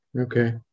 Okay